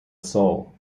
sol